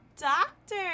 Doctor